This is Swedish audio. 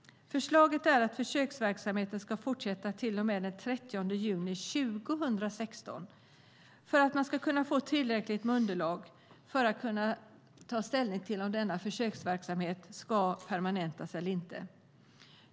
Förslaget är att försöksverksamheten ska fortsätta till och med den 30 juni 2016 så att man kan få tillräckligt med underlag för att kunna ta ställning till om denna försöksverksamhet ska permanentas eller inte.